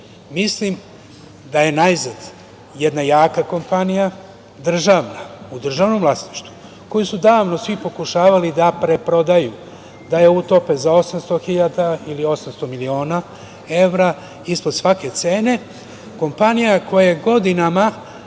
žešći. Mislim da je najzad jedna jaka kompanija, državna, u državnom vlasništvu, koju su davno svi pokušavali da je prodaju, da je utope za 800 hiljada, ili 800 miliona evra, ispod svake cene, kompanija koja je godinama,